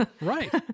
Right